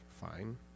fine